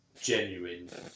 genuine